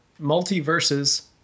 Multiverses